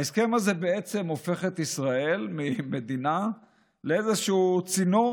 ההסכם הזה הופך את ישראל ממדינה לאיזשהו צינור